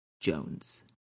Jones